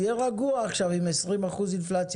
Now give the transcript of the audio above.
תהיה רגוע עכשיו עם 20 אינפלציה,